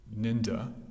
ninda